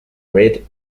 bread